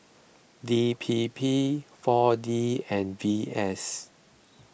D P P four D and V S